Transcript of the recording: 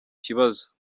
kibazo